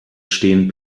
stehen